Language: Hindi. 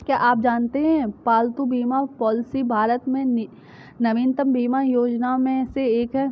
क्या आप जानते है पालतू बीमा पॉलिसी भारत में नवीनतम बीमा योजनाओं में से एक है?